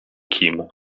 kim